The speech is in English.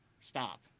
Stop